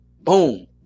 boom